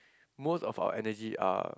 most of our energy are